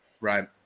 Right